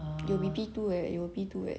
you will P two eh you'll P two eh